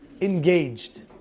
engaged